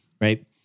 Right